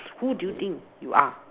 who do you think you are